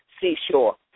Seashore